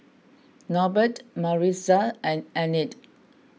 Norbert Maritza and Enid